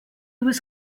was